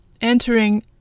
entering